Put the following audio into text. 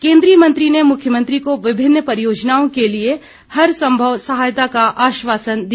केंद्रीय मंत्री ने मुख्यमंत्री को विभिन्न परियोजनाओं के लिए हर संभव सहायता का आश्वासन दिया